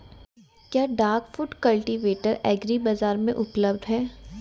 क्या duck foot cultivator agri बाज़ार में उपलब्ध है?